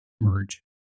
merge